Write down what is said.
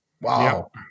Wow